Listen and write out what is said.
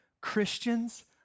Christians